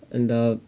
अन्त